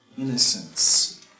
innocence